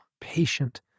patient